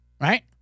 right